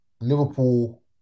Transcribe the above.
Liverpool